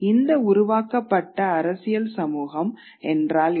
இந்த உருவாக்கப்பட்ட அரசியல் சமூகம் என்றால் என்ன